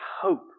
hope